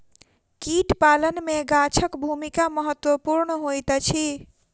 कीट पालन मे गाछक भूमिका महत्वपूर्ण होइत अछि